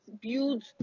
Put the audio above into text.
build